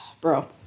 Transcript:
Bro